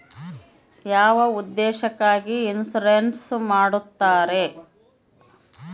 ಯಾವ ಉದ್ದೇಶಕ್ಕಾಗಿ ಇನ್ಸುರೆನ್ಸ್ ಮಾಡ್ತಾರೆ?